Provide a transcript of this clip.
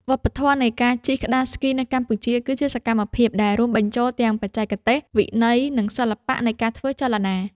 វប្បធម៌នៃការជិះក្ដារស្គីនៅកម្ពុជា គឺជាសកម្មភាពដែលរួមបញ្ចូលទាំងបច្ចេកទេស វិន័យ និងសិល្បៈនៃការធ្វើចលនា។